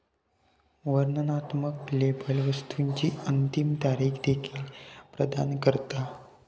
वर्णनात्मक लेबल वस्तुची अंतिम तारीख देखील प्रदान करता